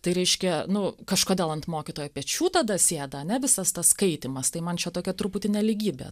tai reiškia nu kažkodėl ant mokytojo pečių tada sėda ane visas tas skaitymas tai man čia tokia truputį nelygybė